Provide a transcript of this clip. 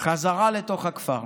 בחזרה לתוך הכפר